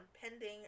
pending